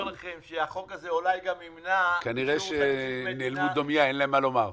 כנראה שהם נאלמו בדומייה, אין להם מה לומר.